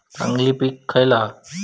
चांगली पीक खयला हा?